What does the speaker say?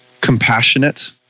compassionate